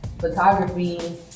photography